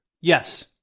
Yes